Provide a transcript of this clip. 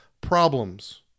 problems